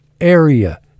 area